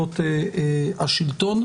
זירות השלטון.